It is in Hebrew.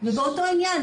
ובאותו עניין,